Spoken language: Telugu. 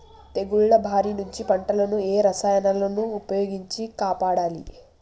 తెగుళ్ల బారి నుంచి పంటలను ఏ రసాయనాలను ఉపయోగించి కాపాడాలి?